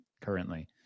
currently